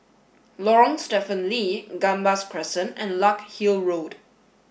Lorong Stephen Lee Gambas Crescent and Larkhill Road